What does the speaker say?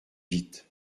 vite